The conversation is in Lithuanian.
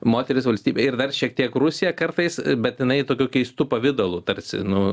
moterys valstybė ir dar šiek tiek rusija kartais bet jinai tokiu keistu pavidalu tarsi nu